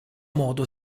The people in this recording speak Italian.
modo